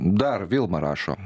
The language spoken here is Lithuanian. dar vilma rašo